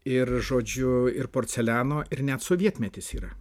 ir žodžiu ir porceliano ir net sovietmetis yra